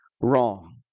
wrong